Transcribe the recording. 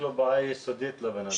יש לו בעיה יסודית לבן הזה.